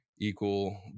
equal